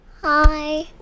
Hi